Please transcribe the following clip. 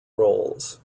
roles